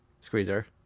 squeezer